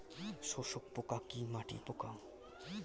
শোষক পোকা কি মাটির পোকা?